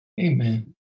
Amen